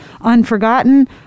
unforgotten